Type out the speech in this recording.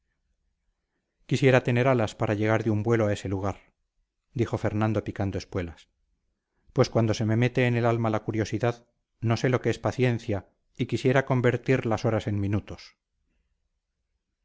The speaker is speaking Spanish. quisiera tener alas para llegar de un vuelo a ese lugar dijo fernando picando espuelas pues cuando se me mete en el alma la curiosidad no sé lo que es paciencia y quisiera convertir las horas en minutos